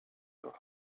your